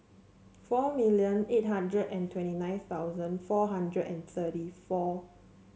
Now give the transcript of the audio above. four million eight hundred and twenty nine thousand four hundred and thirty four